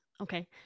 Okay